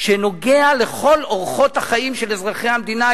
שנוגע לכל אורחות החיים של אזרחי המדינה,